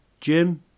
Jim